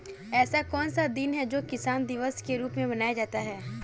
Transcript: ऐसा कौन सा दिन है जो किसान दिवस के रूप में मनाया जाता है?